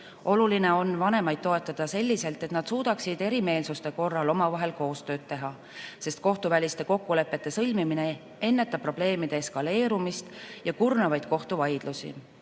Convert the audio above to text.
Oluline on vanemaid toetada selliselt, et nad suudaksid erimeelsuste korral omavahel koostööd teha, sest kohtuväliste kokkulepete sõlmimine ennetab probleemide eskaleerumist ja kurnavaid kohtuvaidlusi.